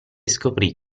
scoprì